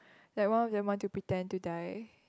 like one of them want to pretend to die